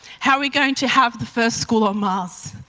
how we're going to have the first school on mars,